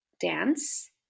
Dance